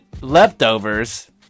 leftovers